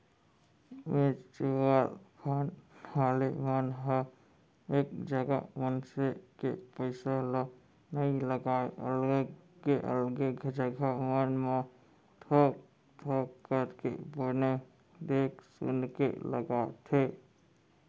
mutual fund वाले मन ह एक जगा मनसे के पइसा ल नइ लगाय अलगे अलगे जघा मन म थोक थोक करके बने देख सुनके लगाथे